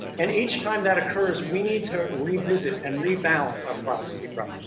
and each time that occurs, we need to revisit and rebalance our privacy rights.